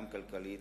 גם כלכלית,